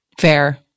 Fair